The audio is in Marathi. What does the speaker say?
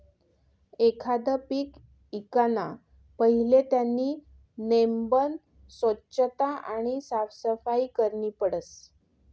एखांद पीक ईकाना पहिले त्यानी नेमबन सोच्छता आणि साफसफाई करनी पडस